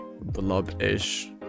blob-ish